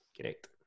Correct